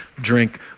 drink